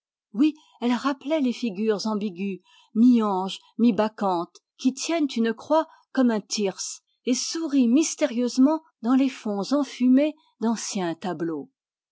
oui elle rappelait les figures ambiguës mi anges mi bacchantes qui tiennent une croix comme un thyrse et sourient mystérieusement dans les fonds enfumés d'anciens tableaux